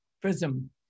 prism